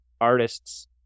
artists